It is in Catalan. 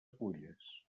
fulles